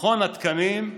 מכון התקנים,